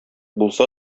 булса